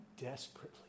desperately